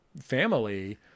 family